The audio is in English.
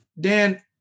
Dan